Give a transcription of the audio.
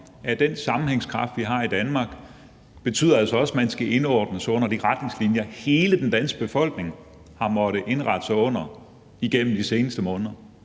at den sammenhængskraft, vi har i Danmark, altså også betyder, at man skal indordne sig under de retningslinjer, hele den danske befolkning har måttet indrette sig under igennem de seneste måneder?